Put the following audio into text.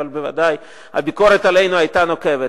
אבל בוודאי הביקורת עלינו היתה נוקבת.